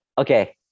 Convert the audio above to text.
Okay